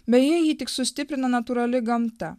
beje jį tik sustiprina natūrali gamta